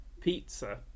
pizza